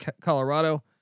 Colorado